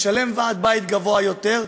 משלם מסי ועד בית גבוהים יותר,